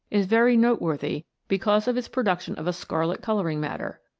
is very noteworthy because of its production of a scarlet colouring matter.